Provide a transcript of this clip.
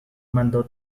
mandó